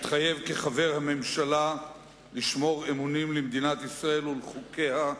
מתחייב כחבר הממשלה לשמור אמונים למדינת ישראל ולחוקיה,